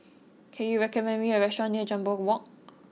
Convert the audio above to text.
can you recommend me a restaurant near Jambol Walk